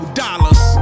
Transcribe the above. dollars